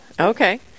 Okay